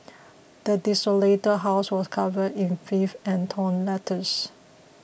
the desolated house was covered in filth and torn letters